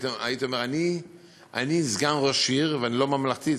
הייתי אומר: אני סגן ראש עיר ואני לא ממלכתי?